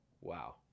Wow